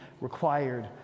required